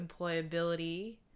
employability